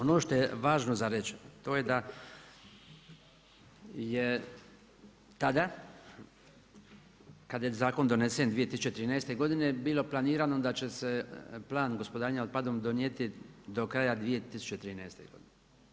Ono što je važno za reći to je da je tada kada je zakon donesen 2013. godine bilo planirano da će se plan gospodarenja otpadom donijeti do kraja 2013. godine.